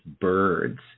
birds